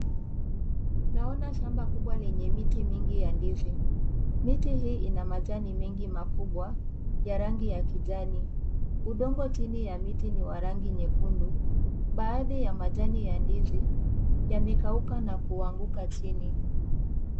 Naona shamba kubwa lenye miti mingi ya ndizi, miti hii ina majani mengi makubwa ya rangi ya kijani, udongo chini ya miti ni wa rangi nyekundu, baadhi ya majani ya ndizi yamekauka na kuanguka chini.